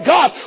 God